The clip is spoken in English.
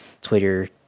Twitter